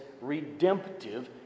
redemptive